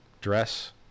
dress